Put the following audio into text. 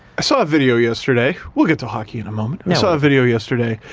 i saw a video yesterday. we'll get to hockey in a moment. and i saw a video yesterday.